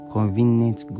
Convenient